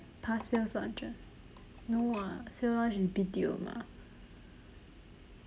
past sales launches no ah sale launch is B_T_O mah